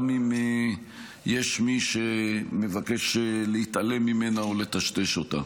גם אם יש מי שמבקש להתעלם ממנה או לטשטש אותה.